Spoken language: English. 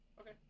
Okay